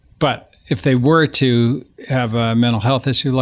but if they were to have a mental health issue,